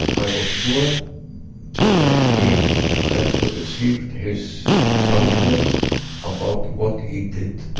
i was sure that he have to receive his punishment about what he did,